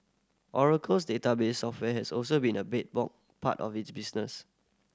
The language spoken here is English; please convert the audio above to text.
Oracle's database software has also been a bedrock part of its business